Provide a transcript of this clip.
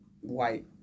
White